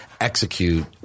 execute